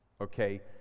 Okay